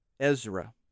Ezra